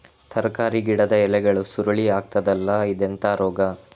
ತರಕಾರಿ ಗಿಡದ ಎಲೆಗಳು ಸುರುಳಿ ಆಗ್ತದಲ್ಲ, ಇದೆಂತ ರೋಗ?